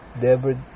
David